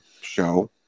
show